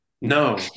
No